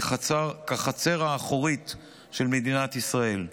כחצר האחורית של מדינת ישראל.